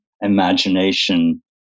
imagination